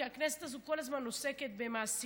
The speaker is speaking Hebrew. כי הכנסת הזאת כל הזמן עוסקת במעסיקים.